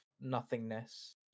nothingness